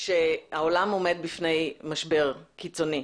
שהעולם עומד בפני משבר קיצוני.